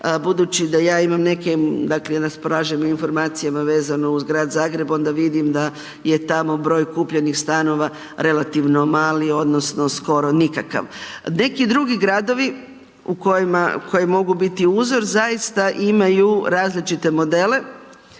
budući da ja imam neke, dakle raspolažem informacijama vezano uz Grad Zagreb, onda vidim da je tamo broj kupljenih stanova relativno mali odnosno skoro nikakav. Neki drugi gradovi koji mogu biti uzor, zaista imaju različite modele,